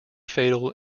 fatal